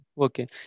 Okay